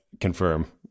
confirm